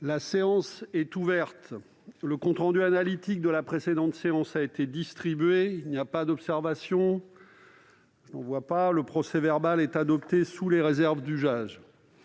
La séance est ouverte. Le compte rendu analytique de la précédente séance a été distribué. Il n'y a pas d'observation ?... Le procès-verbal est adopté sous les réserves d'usage.